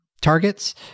targets